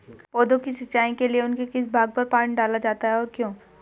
पौधों की सिंचाई के लिए उनके किस भाग पर पानी डाला जाता है और क्यों?